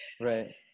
Right